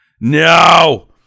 no